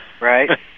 Right